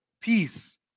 peace